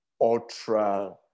ultra